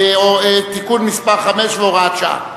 (תיקון מס' 5 והוראת שעה).